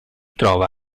trova